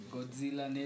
Godzilla